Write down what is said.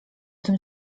tym